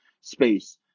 space